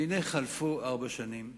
והנה, חלפו ארבע שנים,